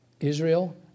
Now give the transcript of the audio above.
Israel